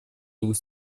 двух